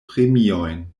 premiojn